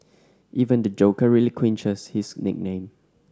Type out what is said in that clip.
even the Joker relinquishes his nickname